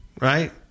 Right